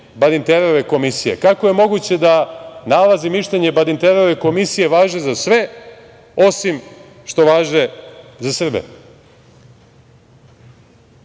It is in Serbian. Badinterove komisije? Kako je moguće da nalaz i mišljenje Badinterove komisije važi za sve, osim što važe za Srbe? Ono